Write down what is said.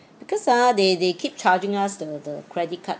because ah they they keep charging us the the credit card